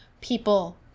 people